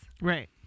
Right